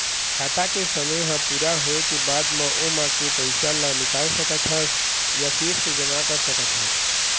खाता के समे ह पूरा होए के बाद म ओमा के पइसा ल निकाल सकत हस य फिर से जमा कर सकत हस